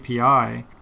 API